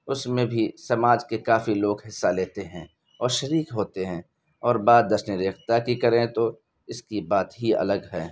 اس میں بھی سماج کے کافی لوگ حصہ لیتے ہیں اور شریک ہوتے ہیں اور بات جشن ریختہ کی کریں تو اس کی بات ہی الگ ہے